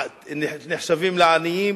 נחשבים לעניים?